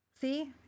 See